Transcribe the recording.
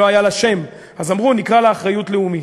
לא היה לה שם, אז אמרו: נקרא לה "אחריות לאומית".